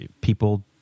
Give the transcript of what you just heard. people